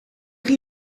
chi